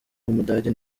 w’umudage